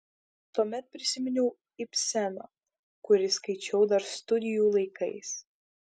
tuomet prisiminiau ibseną kurį skaičiau dar studijų laikais